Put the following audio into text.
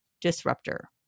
disruptor